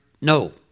No